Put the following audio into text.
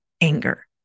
anger